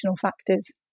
factors